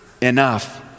enough